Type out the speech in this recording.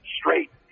straight